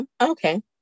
Okay